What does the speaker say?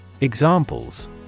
Examples